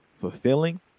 fulfilling